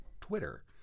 Twitter